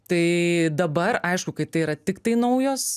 tai dabar aišku kai tai yra tiktai naujos